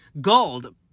gold